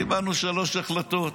קיבלנו שלוש החלטות,